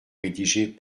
rédigé